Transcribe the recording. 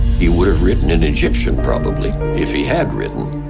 he would've written in egyptian, probably, if he had written,